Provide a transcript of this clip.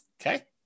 Okay